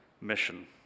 mission